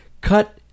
cut